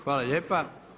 Hvala lijepa.